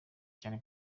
cyane